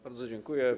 Bardzo dziękuję.